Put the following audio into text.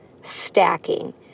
stacking